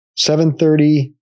7.30